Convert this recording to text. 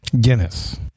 Guinness